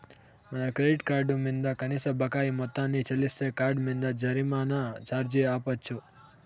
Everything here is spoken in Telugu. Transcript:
మన క్రెడిట్ కార్డు మింద కనీస బకాయి మొత్తాన్ని చెల్లిస్తే కార్డ్ మింద జరిమానా ఛార్జీ ఆపచ్చు